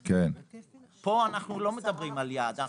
פה אנחנו לא מדברים על יעד.